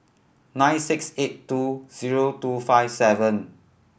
nine six eight two zero two five seven